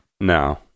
No